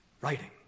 writing